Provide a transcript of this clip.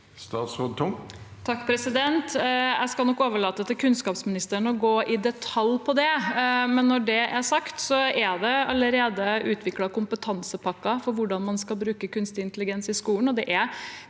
Statsråd Karianne O. Tung Jeg skal nok overlate til kunnskapsministeren å gå i detalj om det. Når det er sagt, er det allerede utviklet kompetansepakker for hvordan man skal bruke kunstig intelligens i skolen, og det er